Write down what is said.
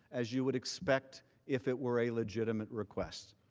as you would expect if it were a legitimate request.